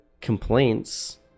complaints